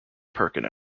perkin